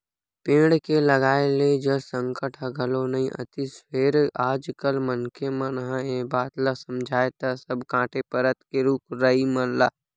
पेड़ के लगाए ले जल संकट ह घलो नइ आतिस फेर आज कल मनखे मन ह ए बात ल समझय त सब कांटे परत हे रुख राई मन ल